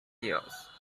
tears